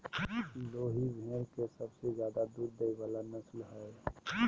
लोही भेड़ के सबसे ज्यादे दूध देय वला नस्ल हइ